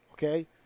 Okay